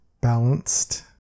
balanced